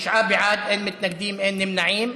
תשעה בעד, אין מתנגדים, אין נמנעים.